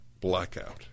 blackout